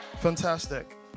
Fantastic